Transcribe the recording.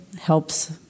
helps